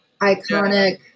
iconic